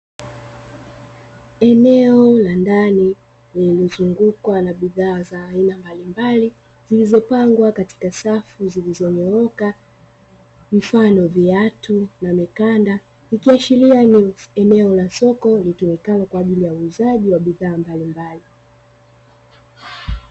Eneo la ndani lililozungukwa na bidhaa za aina mbalimbali, zilizopangwa katika safu zilizonyooka, mfano viatu na mikanda, ikiashiria ni eneo la soko litumikalo kwa ajili ya uuzaji wa bidhaa mbalimbali.